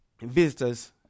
visitors